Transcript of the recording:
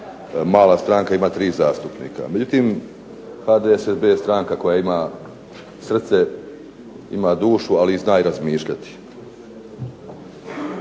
mala stranka. Ima tri zastupnika. Međutim, HDSSB je stranka koja ima srce, ima dušu ali zna i razmišljati.